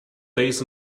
days